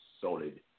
solid